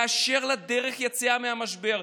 באשר לדרך היציאה מהמשבר,